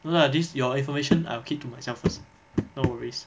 no lah this your information I'll keep to myself first no worries